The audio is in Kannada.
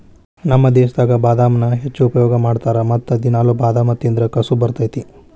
ನಮ್ಮ ದೇಶದಾಗ ಬಾದಾಮನ್ನಾ ಹೆಚ್ಚು ಉಪಯೋಗ ಮಾಡತಾರ ಮತ್ತ ದಿನಾಲು ಬಾದಾಮ ತಿಂದ್ರ ಕಸು ಬರ್ತೈತಿ